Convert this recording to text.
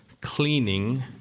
cleaning